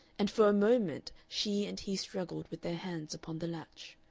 and for a moment she and he struggled with their hands upon the latch.